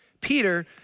Peter